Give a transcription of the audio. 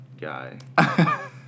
guy